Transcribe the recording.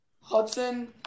Hudson